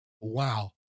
wow